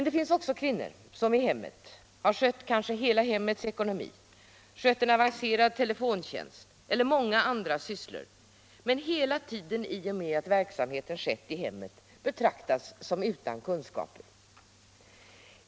Det finns också kvinnor som i hemmet skött kanske hela hemmets ekonomi, en avancerad telefontjänst eller många andra sysslor men som hela tiden, i och med att verksamheten skett i hemmet, betraktas som utan kunskaper.